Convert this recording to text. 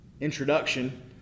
introduction